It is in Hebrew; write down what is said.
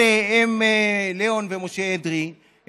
לאון ומשה אדרי,